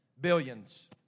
billions